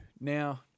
Now